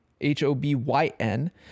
h-o-b-y-n